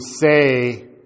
say